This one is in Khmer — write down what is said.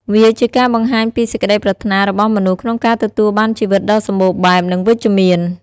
វាជាការបង្ហាញពី សេចក្តីប្រាថ្នារបស់មនុស្សក្នុងការទទួលបានជីវិតដ៏សម្បូរបែប និងវិជ្ជមាន។